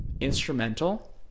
instrumental